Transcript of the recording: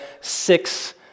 six